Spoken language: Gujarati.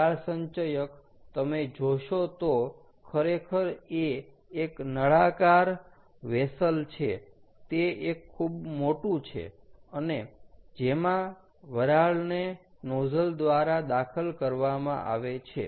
વરાળ સંચયક તમે જોશો તો ખરેખર એ એક નળાકાર વેસલ છે તે એક ખુબ મોટું છે અને જેમાં વરાળને નોઝલ દ્વારા દાખલ કરવામાં આવે છે